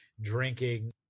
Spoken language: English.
drinking